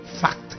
fact